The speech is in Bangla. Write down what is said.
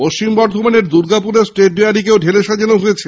পশ্চিম বর্ধমানের দুর্গাপুরে স্টেট ডেয়ারিকেও ঢেলে সাজানো হয়েছে